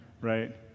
right